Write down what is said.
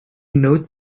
notes